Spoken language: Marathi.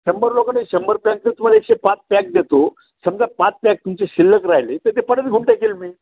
शंभर लोक नाही शंभर पॅक जर तुम्हाला एकशे पाच पॅक देतो समजा पाच पॅक तुमचे शिल्लक राहिले तर ते परत घेऊन टाकेल मी